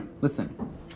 Listen